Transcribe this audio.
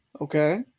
Okay